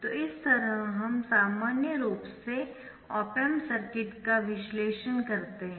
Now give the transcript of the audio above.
तो इस तरह हम सामान्य रूप से ऑप एम्प सर्किट का विश्लेषण करते है